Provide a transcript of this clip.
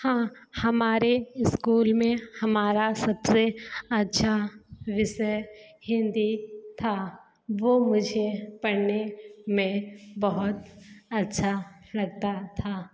हाँ हमारे इस्कूल में हमारा सबसे अच्छा विषय हिंदी था वो मुझे पढ़ने में बहुत अच्छा लगता था